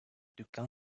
dükkan